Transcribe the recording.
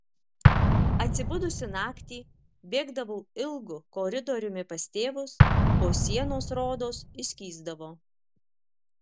atsibudusi naktį bėgdavau ilgu koridoriumi pas tėvus o sienos rodos išskysdavo